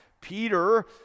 Peter